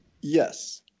Yes